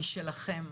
היא שלכם,